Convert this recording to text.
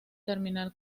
terminal